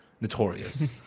notorious